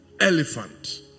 elephant